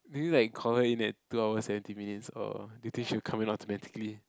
do you like call her in at two hours seventeen minutes or do you think she'll come in automatically